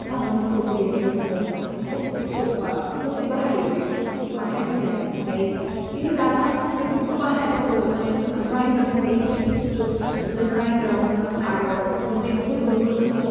सामब्राम गुफुरखौ देनायाव जोङो थबसिखौ बा थबसि बाहायो बे आखाइजों देनाय ओमफाय खिन्थु दाबा जों बेफोरखौ बाहायाबाबो माने जोंहा ग्राइन्डार दङ इलेकट्रेनिक बस्टु जों ग्राइन्डारावनो आरो जों दै फुदुंनोबो जोङो